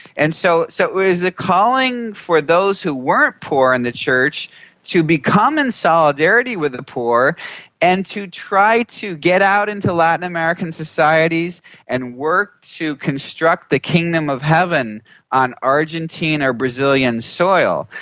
and so so it was a calling for those who weren't poor in and the church to become in solidarity with the poor and to try to get out into latin american societies and work to construct the kingdom of heaven on argentine or brazilian soil,